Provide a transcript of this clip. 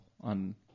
on